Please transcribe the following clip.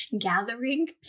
gathering